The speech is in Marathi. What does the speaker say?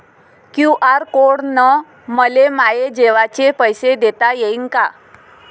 क्यू.आर कोड न मले माये जेवाचे पैसे देता येईन का?